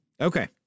Okay